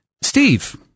Steve